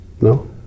No